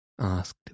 asked